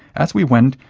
as we went,